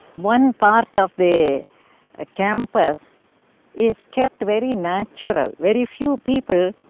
one part of the ah campus is kept very natural. very few people